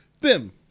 Bim